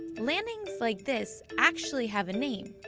landings like this actually have a name,